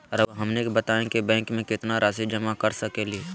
रहुआ हमनी के बताएं कि बैंक में कितना रासि जमा कर सके ली?